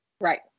right